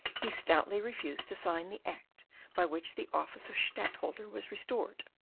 he stoutly refused to sign the act by which the office of stadtholder was restored.